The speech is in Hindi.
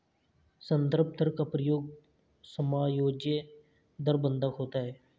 संदर्भ दर का प्रयोग समायोज्य दर बंधक होता है